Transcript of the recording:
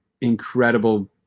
incredible